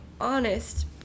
honest